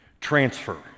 transfer